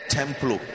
temple